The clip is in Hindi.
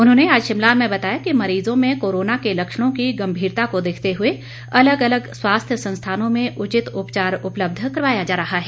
उन्होंने आज शिमला में बताया कि मरीजों में कोरोना के लक्षणों की गंभीरता का देखते हुए अलग अलग स्वास्थ्य संस्थानों में उचित उपचार उपलब्ध करवाया जा रहा है